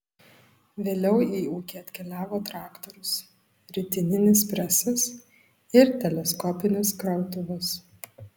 vėliau į ūkį atkeliavo traktorius ritininis presas ir teleskopinis krautuvas